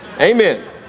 amen